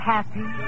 Happy